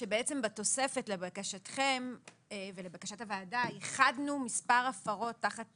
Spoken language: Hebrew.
כאשר בתוספת לבקשתכם ולבקשת הוועדה ייחדנו מספר הפרות תחת